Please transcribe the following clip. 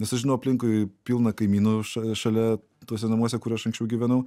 nes aš žinau aplinkui pilna kaimynų ša šalia tuose namuose kur aš anksčiau gyvenau